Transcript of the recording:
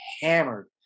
hammered